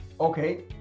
Okay